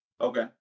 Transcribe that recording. Okay